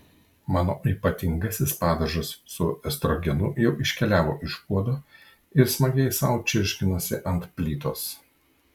mano ypatingasis padažas su estrogenu jau iškeliavo iš puodo ir smagiai sau čirškinosi ant plytos